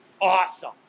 Awesome